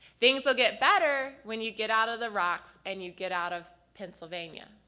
things will get better when you get out of the rocks and you get out of pennsylvania.